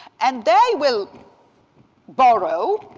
and they will borrow